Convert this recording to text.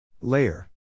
Layer